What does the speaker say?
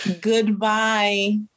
Goodbye